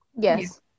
Yes